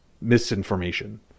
misinformation